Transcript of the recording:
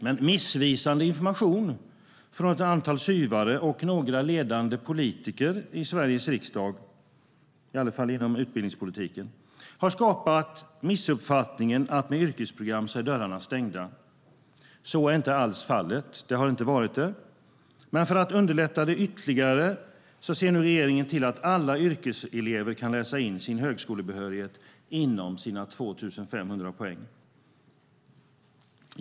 Men missvisande information från ett antal "syvare" och några ledande politiker i Sveriges riksdag - i alla fall inom utbildningspolitiken - har skapat missuppfattningen att med yrkesprogrammen är dörrarna stängda. Så är inte alls fallet, och de har inte varit det. Men för att underlätta ytterligare ser nu regeringen till att alla yrkeselever kan läsa in sin högskolebehörighet inom sina 2 500 poäng.